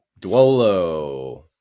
Duolo